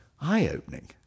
eye-opening